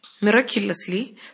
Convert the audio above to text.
miraculously